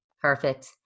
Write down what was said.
Perfect